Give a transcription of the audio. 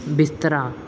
ਬਿਸਤਰਾ